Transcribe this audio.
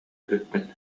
эбиппин